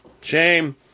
Shame